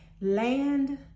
land